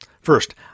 First